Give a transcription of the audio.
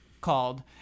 called